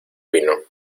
vino